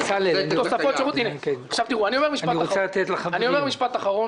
אני אומר משפט אחרון